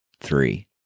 three